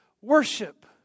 worship